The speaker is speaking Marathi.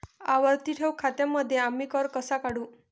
आवर्ती ठेव खात्यांमध्ये आम्ही कर कसा काढू?